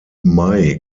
mai